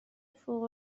فوق